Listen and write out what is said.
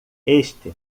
este